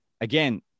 again